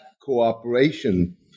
cooperation